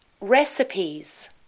recipes